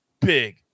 big